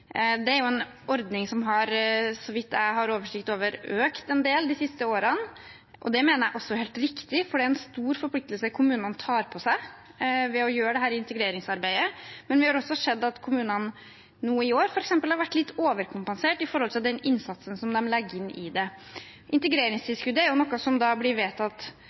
så vidt jeg har oversikt over, har økt en del de siste årene. Det mener jeg er helt riktig, for det er en stor forpliktelse kommunene tar på seg ved å gjøre dette integreringsarbeidet, men vi har også sett at kommunene nå i år, f.eks., har vært litt overkompensert i forhold til den innsatsen som de legger inn i det. Integreringstilskuddet, hvor mye penger vi bruker til dette, er noe som blir vedtatt